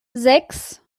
sechs